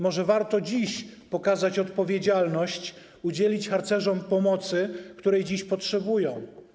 Może warto dziś pokazać odpowiedzialność, udzielić harcerzom pomocy, której dziś potrzebują.